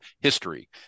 history